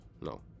No